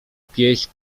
pieśń